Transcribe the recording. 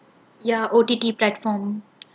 ya O_T_T platform